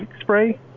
spray